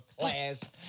class